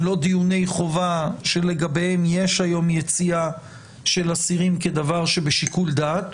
לא דיוני חובה שלגביהם יש היום יציאה של אסירים כדבר שבשיקול דעת.